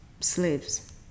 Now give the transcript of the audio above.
slaves